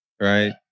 Right